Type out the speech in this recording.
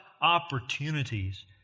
opportunities